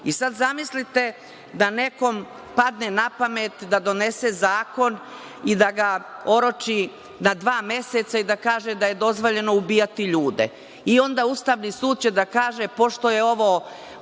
Zamislite, da nekome padne napamet da donese zakon i da ga oroči na dva meseca i da kaže da dozvoljeno ubijati ljude.I onda će Ustavni sud da kaže pošto je ovo